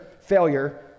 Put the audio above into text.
failure